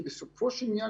כי בסופו של עניין,